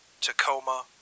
Tacoma